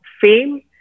fame